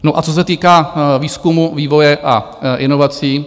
No, a co se týká výzkumu, vývoje a inovací...